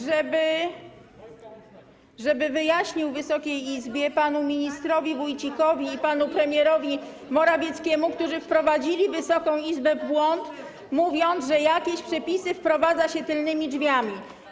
żeby wyjaśnił Wysokiej Izbie, panu ministrowi Wójcikowi i panu premierowi Morawieckiemu, którzy wprowadzili Wysoką Izbę w błąd, mówiąc, że jakieś przepisy wprowadza się tylnymi drzwiami.